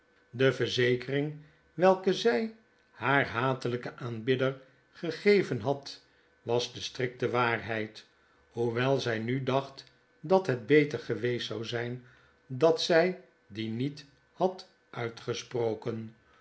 de verzekering welke zij haar hatelyken aanbidder gegeven had was de strikte waarheid hoewel zij nu bedacht dat het beter geweest zou zyn dat zij die niet had uitgesproken